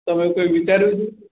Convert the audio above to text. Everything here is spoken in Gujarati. તમે કંઈ વિચાર્યું છે